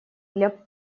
для